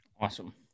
Awesome